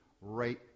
right